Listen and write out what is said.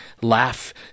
laugh